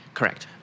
Correct